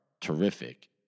terrific